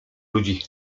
ludzi